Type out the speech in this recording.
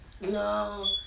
No